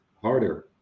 harder